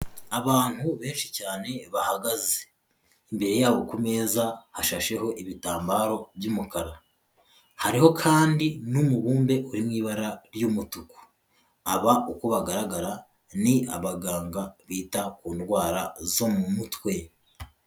Abantu benshi cyane bahagaze, imbere yabo ku meza hashasheho ibitambaro by'umukara, hariho kandi n'umubumbe uri mu ibara ry'umutuku, aba uko bagaragara ni abaganga bita ku ndwara zo mu mutwe.